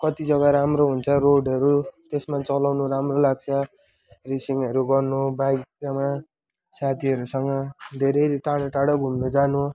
कति जग्गा राम्रो हुन्छ रोडहरू त्यसमा चलाउनु राम्रो लाग्छ रेसिङहरू गर्नु बाइकमा साथीहरूसँग धेरै टाढो टाढो घुम्न जानु